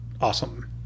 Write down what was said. awesome